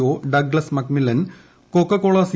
O Douglas McMillan Coca Cola C